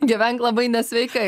gyvenk labai nesveikai